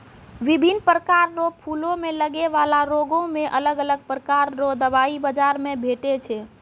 बिभिन्न प्रकार रो फूलो मे लगै बाला रोगो मे अलग अलग प्रकार रो दबाइ बाजार मे भेटै छै